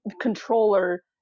controller